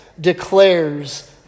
declares